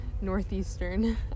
northeastern